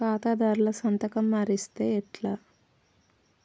ఖాతాదారుల సంతకం మరిస్తే ఎట్లా?